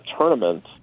tournament